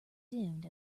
dimmed